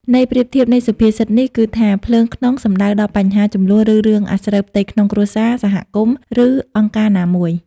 ន័យប្រៀបធៀបនៃសុភាសិតនេះគឺថា ភ្លើងក្នុង សំដៅដល់បញ្ហា ជម្លោះ ឬរឿងអាស្រូវផ្ទៃក្នុងគ្រួសារ សហគមន៍ ឬអង្គការណាមួយ។